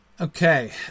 Okay